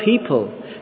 people